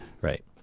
Right